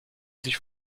sich